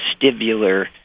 vestibular